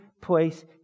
place